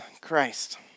Christ